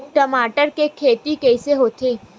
टमाटर के खेती कइसे होथे?